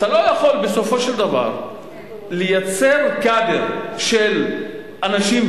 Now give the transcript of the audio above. אתה לא יכול בסופו של דבר לייצר קאדר של אנשים,